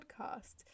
podcast